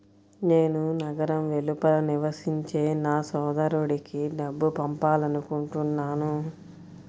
నేను నగరం వెలుపల నివసించే నా సోదరుడికి డబ్బు పంపాలనుకుంటున్నాను